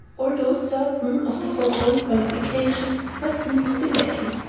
although certain of the foregoing qualifications must needs be lacking,